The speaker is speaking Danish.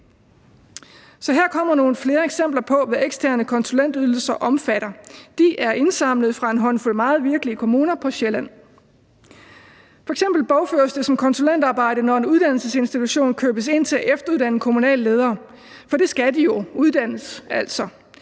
her kommer nogle flere eksempler på, hvad eksterne konsulentydelser omfatter. De er indsamlet fra en håndfuld meget virkelige kommuner på Sjælland. F.eks. bogføres det som konsulentarbejde, når en uddannelsesinstitution købes ind til at efteruddanne kommunale ledere, for det skal de jo, altså uddannes.